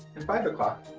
and five o'clock,